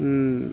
ह्म्